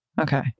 okay